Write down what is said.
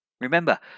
Remember